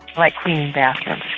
like cleaning bathrooms.